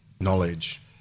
knowledge